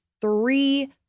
three